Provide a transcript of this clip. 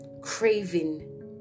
craving